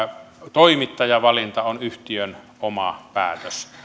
toimittajavalinta on yhtiön oma päätös